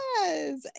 yes